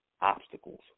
obstacles